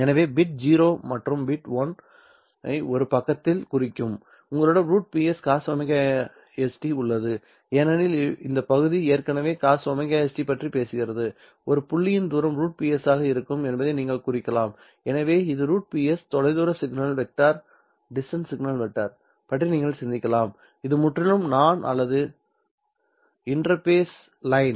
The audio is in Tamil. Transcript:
எனவே பிட் 0 மற்றும் பிட் 1 ஐ ஒரு பக்கத்தில் குறிக்கும் உங்களிடம் √Ps cos ωst உள்ளது ஏனெனில் இந்த பகுதி ஏற்கனவே cos ωst பற்றிப் பேசுகிறது ஒரு புள்ளியின் தூரம் √Ps ஆக இருக்கும் என்பதை நீங்கள் குறிக்கலாம் எனவே இது √Ps தொலைதூர சிக்னல் வெக்டர் பற்றி நீங்கள் சிந்திக்கலாம் இது முற்றிலும் நான் அல்லது இன்டர்பேஸ் லைன்